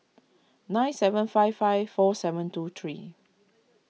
nine seven five five four seven two three